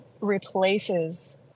replaces